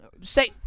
Say